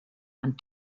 and